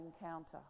encounter